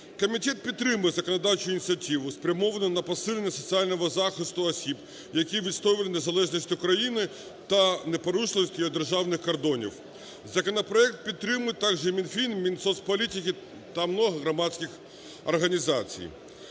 Комітет підтримує законодавчу ініціативу, спрямовану на посилення соціального захисту осіб, які відстоювали незалежність України та непорушність її державних кордонів. Законопроект підтримують також Мінфін, Мінсоцполітики та багато громадських організацій.